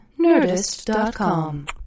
Nerdist.com